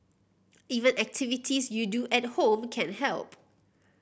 even activities you do at home can help